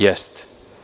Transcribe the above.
Jeste.